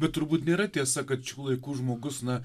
bet turbūt nėra tiesa kad šių laikų žmogus na